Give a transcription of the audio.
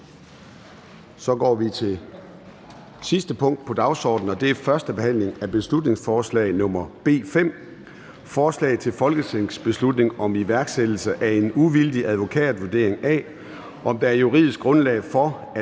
0.] --- Det sidste punkt på dagsordenen er: 2) 1. behandling af beslutningsforslag nr. B 5: Forslag til folketingsbeslutning om iværksættelse af en uvildig advokatvurdering af, om der er juridisk grundlag for, at